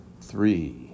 three